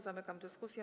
Zamykam dyskusję.